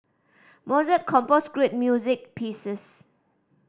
Mozart composed great music pieces